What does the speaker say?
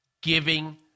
giving